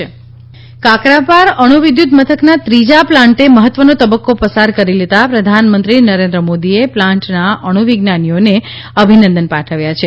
કાકરાપાર કાકરાપાર અણુ વિદ્યુત મથકના ત્રીજા પ્લાન્ટે મહત્વનો તબક્કો પસાર કરી લેતાં પ્રધાનમંત્રી નરેન્દ્ર મોદીએ પ્લાન્ટના અણુ વિજ્ઞાનીઓને અભિનંદન પાઠવ્યા છે